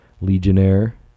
Legionnaire